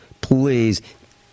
Please